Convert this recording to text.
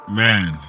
man